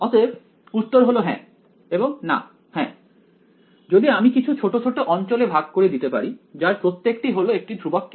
অতএব উত্তর হল হ্যাঁ এবং না হ্যাঁ যদি আমি কিছু ছোট ছোট অঞ্চলে ভাগ করে দিতে পারি যার প্রত্যেকটি হল একটি ধ্রুবক k